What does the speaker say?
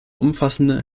umfassende